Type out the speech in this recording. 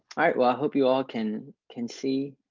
all right. well, i hope you all can can see